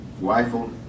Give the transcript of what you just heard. rifle